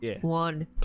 one